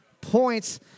points